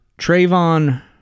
Trayvon